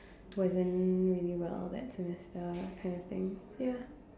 wasn't really well that semester kind of thing ya